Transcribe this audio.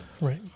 Right